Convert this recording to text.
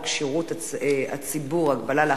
תוצאות ההצבעה: